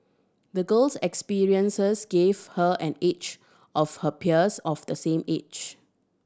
the girl's experiences gave her an edge of her peers of the same age